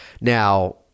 Now